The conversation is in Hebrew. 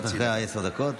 שתי דקות אחרי עשר הדקות.